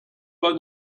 pas